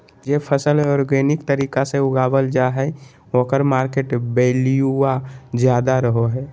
जे फसल ऑर्गेनिक तरीका से उगावल जा हइ ओकर मार्केट वैल्यूआ ज्यादा रहो हइ